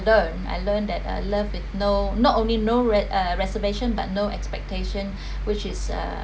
learned I learned that uh love with no not only no uh reservation but no expectation which is uh